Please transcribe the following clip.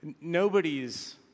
nobody's